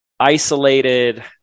Isolated